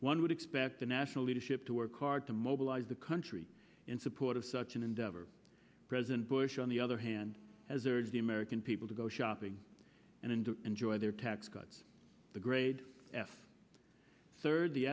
one would expect the national leadership to work hard to mobilize the country in support of such an endeavor president bush on the other hand has urged the american people to go shopping and enjoy their tax cuts the grade f third the